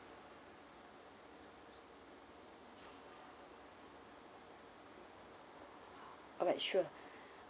alright sure